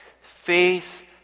Face